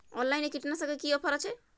অনলাইনে কীটনাশকে কি অফার আছে?